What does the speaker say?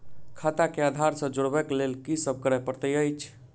खाता केँ आधार सँ जोड़ेबाक लेल की सब करै पड़तै अछि?